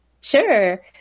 Sure